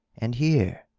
and here,